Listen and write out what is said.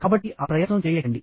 కాబట్టి ఆ ప్రయత్నం చేయకండి